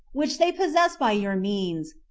which they possess by your means,